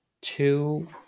two